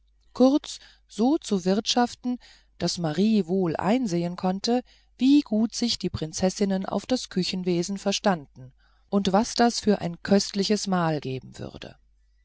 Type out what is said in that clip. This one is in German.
kurz so zu wirtschaften daß marie wohl einsehen konnte wie gut sich die prinzessinnen auf das küchenwesen verstanden und was das für ein köstliches mahl geben würde